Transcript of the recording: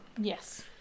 Yes